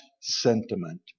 sentiment